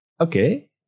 okay